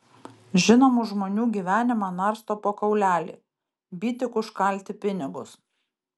žinomų žmonių gyvenimą narsto po kaulelį by tik užkalti pinigus